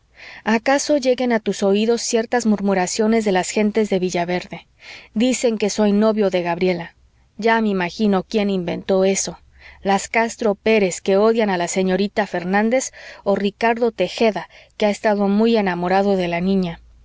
acaso lleguen a tus oídos ciertas murmuraciones de las gentes de villaverde dicen que soy novio de gabriela ya me imagino quién inventó eso las castro pérez que odian a la señorita fernández o ricardo tejeda que ha estado muy enamorado de la niña